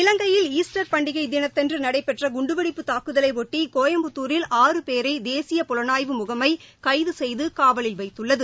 இலங்கையில் ஈஸ்டர் பண்டிகை தினத்தன்று நடைபெற்ற குண்டுவெடிப்பு தூக்குதலைபொட்டி கோயம்புத்தூரில் ஆறு பேரை தேசிய புலனாய்வு முகமை கைது செய்து காவலில் வைத்துள்ளது